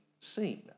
Seen